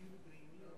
אדוני היושב-ראש,